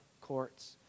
courts